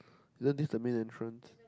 then this the main entrance